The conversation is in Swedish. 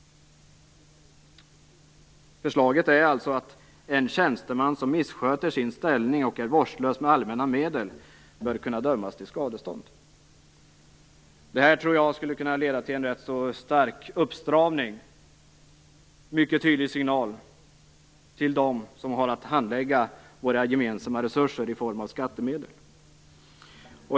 Förslaget är alltså att en tjänsteman som missköter sin ställning och är vårdslös med allmänna medel bör kunna dömas till skadestånd. Jag tror att detta skulle kunna leda till en rätt stark uppstramning och ge en mycket tydlig signal till dem som har att handlägga våra gemensamma resurser i form av skattemedel.